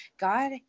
God